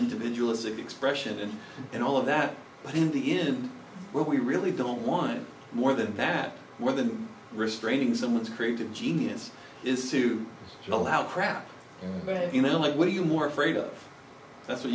individualistic expression and all of that but in the end where we really don't want more than that more than restraining someone's creative genius is to allow crap you know like what are you more afraid of that's wh